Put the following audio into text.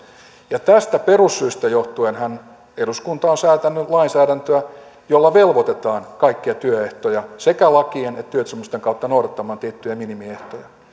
ja tästä perussyystä johtuenhan eduskunta on säätänyt lainsäädäntöä jolla velvoitetaan kaikkia sekä lakien että työehtosopimusten kautta noudattamaan tiettyjä minimiehtoja